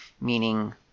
meaning